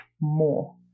more